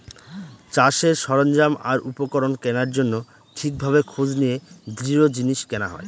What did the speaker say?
চাষের সরঞ্জাম আর উপকরণ কেনার জন্য ঠিক ভাবে খোঁজ নিয়ে দৃঢ় জিনিস কেনা হয়